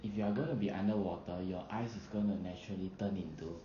if you are going to be underwater your eyes is gonna naturally turned into